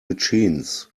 machines